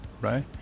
Right